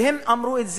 והם אמרו את זה,